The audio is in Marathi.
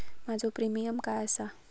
माझो प्रीमियम काय आसा?